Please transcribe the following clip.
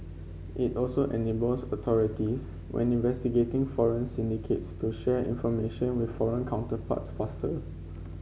it also enables authorities when investigating foreign syndicates to share information with foreign counterparts faster